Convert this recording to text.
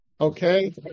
Okay